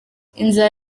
inzara